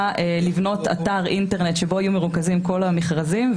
לבנות אתר אינטרנט שבו יהיו מרוכזים כל המכרזים,